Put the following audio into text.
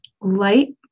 light